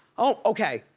oh, okay.